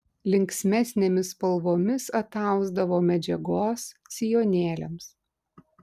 linksmesnėmis spalvomis atausdavo medžiagos sijonėliams